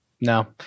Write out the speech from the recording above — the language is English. No